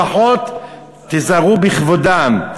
לפחות תיזהרו בכבודם.